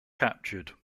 captured